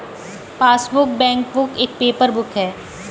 passbook, bankbook एक paper book है